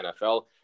NFL